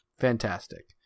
Fantastic